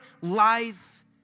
life